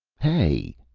hey!